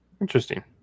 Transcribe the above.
Interesting